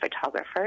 photographer